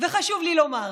וחשוב לי לומר זאת,